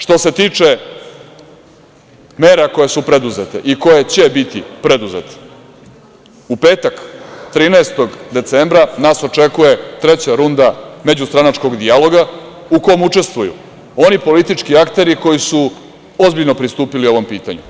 Što se tiče mera koje su preduzete i koje će biti preduzete, u petak 13. decembra nas očekuje treća runda međustranačkog dijaloga u kom učestvuju oni politički akteri koji su ozbiljno pristupili ovom pitanju.